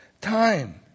time